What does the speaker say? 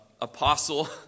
apostle